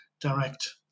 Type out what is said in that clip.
direct